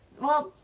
well,